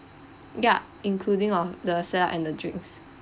ya including of the salad and the drinks